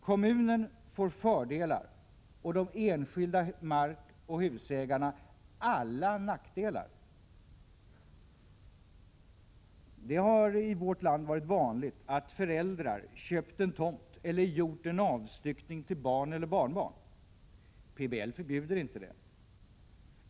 Kommunen får fördelar och de enskilda markoch husägarna alla nackdelar. Det har i vårt land varit vanligt att föräldrar köpt en tomt eller gjort en avstyckning till barn eller barnbarn. PBL förbjuder inte detta.